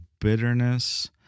bitterness